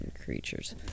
creatures